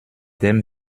dem